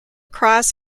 cross